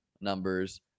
numbers